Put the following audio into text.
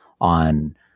on